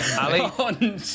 Ali